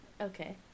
okay